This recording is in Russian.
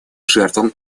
жертвам